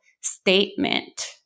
statement